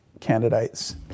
candidates